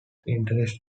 interest